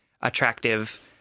attractive